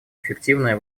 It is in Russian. эффективное